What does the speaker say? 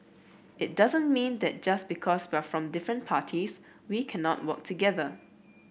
it doesn't mean that just because we're from different parties we cannot work together